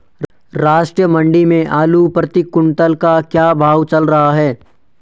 राष्ट्रीय मंडी में आलू प्रति कुन्तल का क्या भाव चल रहा है?